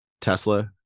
Tesla